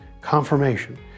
Confirmation